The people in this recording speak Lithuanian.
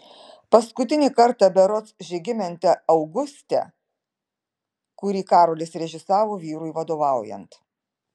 paskutinį kartą berods žygimante auguste kurį karolis režisavo vyrui vadovaujant